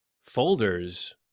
Folders